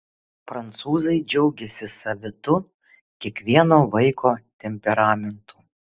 prancūzai džiaugiasi savitu kiekvieno vaiko temperamentu